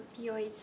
opioids